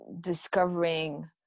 discovering